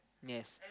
yes